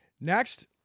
next